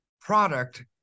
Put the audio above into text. product